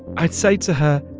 i'd say to her,